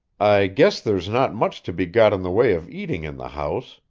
i guess there's not much to be got in the way of eating in the house.